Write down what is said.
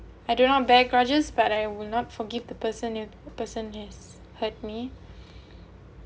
I do not bear grudges but I will not forgive the person if the person has hurt me